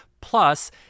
plus